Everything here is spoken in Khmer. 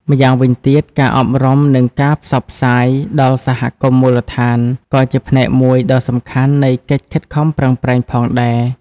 ម្យ៉ាងវិញទៀតការអប់រំ និងការផ្សព្វផ្សាយ ដល់សហគមន៍មូលដ្ឋានក៏ជាផ្នែកមួយដ៏សំខាន់នៃកិច្ចខិតខំប្រឹងប្រែងផងដែរ។